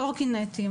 קורקינטים,